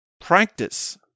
practice